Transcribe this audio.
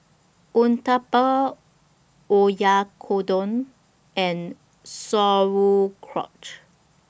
Uthapam Oyakodon and Sauerkraut